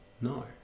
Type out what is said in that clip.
No